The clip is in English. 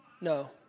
No